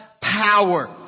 power